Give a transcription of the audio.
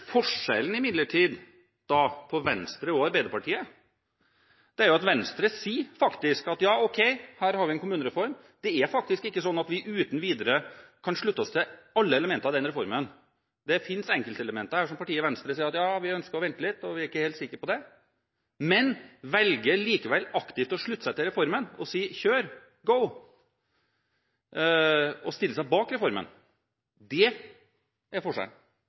Forskjellen på Venstre og Arbeiderpartiet er imidlertid at Venstre sier at her har vi en kommunereform, men det er faktisk ikke slik at vi uten videre kan slutte oss til alle elementer i den reformen. Det finnes enkeltelementer her som partiet Venstre sier de ikke er helt sikre på, men de velger likevel aktivt å slutte seg til reformen og sier kjør – «go» – og stiller seg bak reformen. Det er